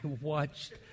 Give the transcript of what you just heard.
watched